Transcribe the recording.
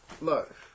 look